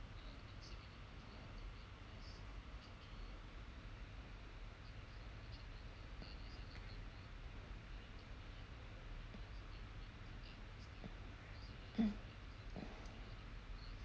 mm